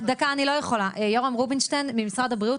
יורם רובינשטיין ממשרד הבריאות,